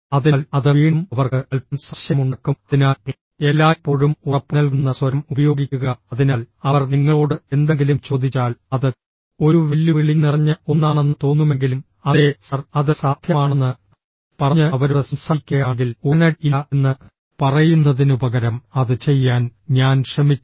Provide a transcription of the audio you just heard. അതിനാൽ അത് വീണ്ടും അവർക്ക് അൽപ്പം സംശയമുണ്ടാക്കും അതിനാൽ എല്ലായ്പ്പോഴും ഉറപ്പുനൽകുന്ന സ്വരം ഉപയോഗിക്കുക അതിനാൽ അവർ നിങ്ങളോട് എന്തെങ്കിലും ചോദിച്ചാൽ അത് ഒരു വെല്ലുവിളി നിറഞ്ഞ ഒന്നാണെന്ന് തോന്നുമെങ്കിലും അതെ സർ അത് സാധ്യമാണെന്ന് പറഞ്ഞ് അവരോട് സംസാരിക്കുകയാണെങ്കിൽ ഉടനടി ഇല്ല എന്ന് പറയുന്നതിനുപകരം അത് ചെയ്യാൻ ഞാൻ ശ്രമിക്കും